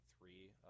three